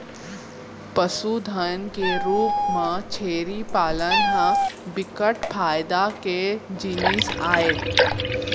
पसुधन के रूप म छेरी पालन ह बिकट फायदा के जिनिस आय